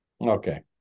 Okay